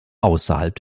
außerhalb